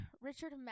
Richard